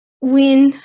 win